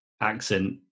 accent